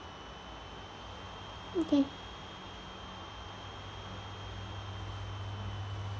okay